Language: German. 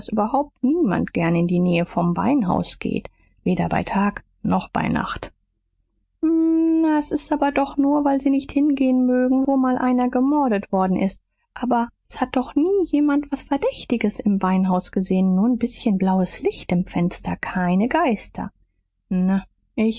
überhaupt niemand gern in die nähe vom beinhaus geht weder bei tag noch bei nacht na s ist aber doch nur weil sie nicht hingehen mögen wo mal einer gemordet worden ist aber s hat doch nie jemand was verdächtiges im beinhaus gesehn nur n bißchen blaues licht im fenster keine geister na